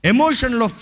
Emotional